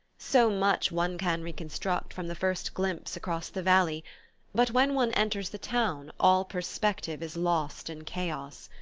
so much one can reconstruct from the first glimpse across the valley but when one enters the town all perspective is lost in chaos.